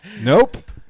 Nope